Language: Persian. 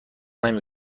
نمی